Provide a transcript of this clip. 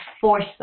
force